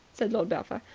said lord belpher.